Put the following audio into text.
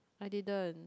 I didn't